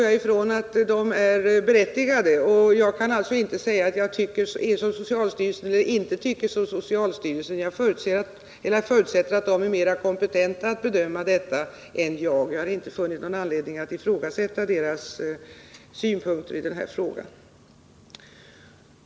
Jag kan alltså inte säga att jag tycker som socialstyrelsen eller att jag inte tycker som socialstyrelsen. Jag förutsätter att man där är mer kompetent än jag att bedöma den frågan. Jag har inte funnit någon anledning att ifrågasätta deras synpunkter.